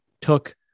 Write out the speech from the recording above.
took